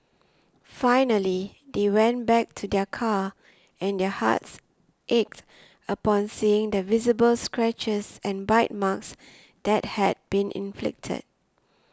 finally they went back to their car and their hearts ached upon seeing the visible scratches and bite marks that had been inflicted